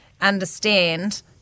understand